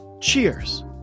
cheers